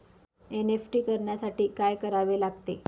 NEFT करण्यासाठी काय करावे लागते?